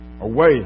away